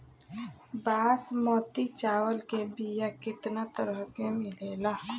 बासमती चावल के बीया केतना तरह के मिलेला?